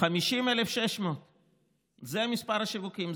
50,600. זה מספר השיווקים.